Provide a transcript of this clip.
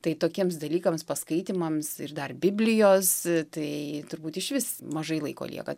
tai tokiems dalykams paskaitymams ir dar biblijos tai turbūt išvis mažai laiko lieka